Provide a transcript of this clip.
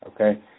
okay